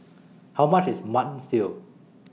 How much IS Mutton Stew